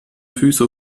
füße